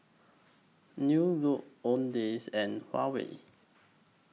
New Look Owndays and Huawei